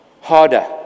harder